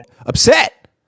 upset